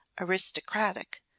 aristocratic